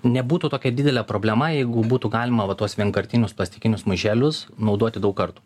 nebūtų tokia didelė problema jeigu būtų galima va tuos vienkartinius plastikinius maišelius naudoti daug kartų